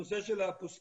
הנושא של האפוסטיל.